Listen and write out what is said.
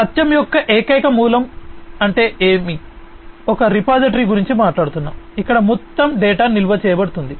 సత్యం యొక్క ఏకైక మూలం అంటే మేము ఒకే రిపోజిటరీ గురించి మాట్లాడుతున్నాము ఇక్కడ మొత్తం డేటా నిల్వ చేయబడుతుంది